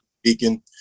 speaking